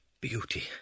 Beauty